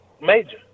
Major